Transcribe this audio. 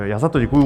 Já za to děkuji.